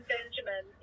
Benjamin